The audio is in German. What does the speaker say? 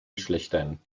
geschlechtern